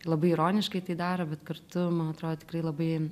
labai ironiškai tai daro bet kartu man atrodo tikrai labai